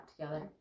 together